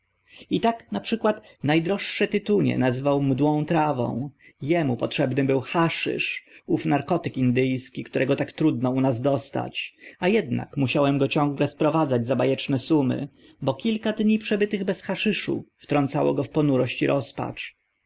i tak na przykład na droższe tytunie nazywał mdłą trawą emu potrzebny był haszysz ów narkotyk indy ski którego tak trudno u nas dostać a ednak musiałem go ciągle sprowadzać za ba eczne sumy bo kilka dni przebytych bez haszyszu wtrącało go w ponurość i